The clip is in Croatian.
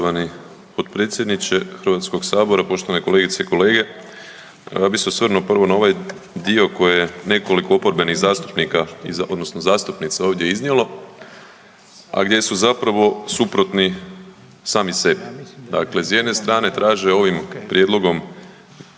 potpredsjedniče Hrvatskog sabora. Poštovane kolegice i kolege, pa ja bi se osvrnuo prvo na ovaj dio koji je nekoliko oporbenih zastupnika odnosno zastupnica ovdje iznijelo, a gdje su zapravo suprotni sami sebi. Dakle, s jedne strane traže ovim prijedlogom